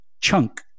chunk